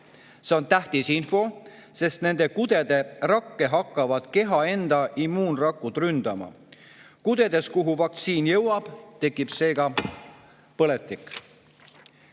See on tähtis info, sest nende kudede rakke hakkavad keha enda immuunrakud ründama. Kudedes, kuhu vaktsiin jõuab, tekib seega põletik.